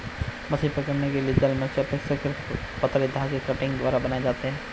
मछली पकड़ने के जाल मेशेस अपेक्षाकृत पतले धागे कंटिंग द्वारा बनाये जाते है